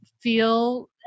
feel